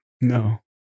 No